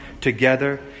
together